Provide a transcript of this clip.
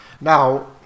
Now